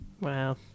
Wow